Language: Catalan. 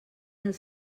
els